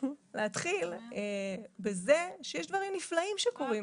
אני רוצה להתחיל בזה שיש דברים נפלאים שקורים,